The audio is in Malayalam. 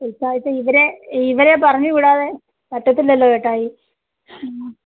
ഈ കാര്യത്തിൽ ഇവരെ ഇവരെ പറഞ്ഞ് വിടാതെ പറ്റത്തില്ലല്ലോ ചേട്ടായി മ്മ്